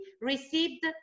received